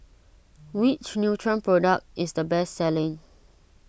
which Nutren product is the best selling